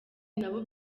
nabo